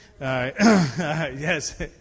Yes